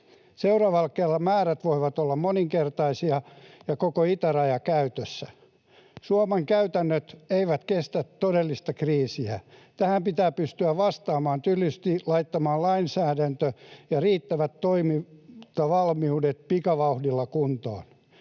Seuraavalla kerralla määrät voivat olla moninkertaisia ja koko itäraja käytössä. Suomen käytännöt eivät kestä todellista kriisiä. Tähän pitää pystyä vastaamaan tylysti laittamalla lainsäädäntö ja riittävät toimintavalmiudet pikavauhdilla kuntoon.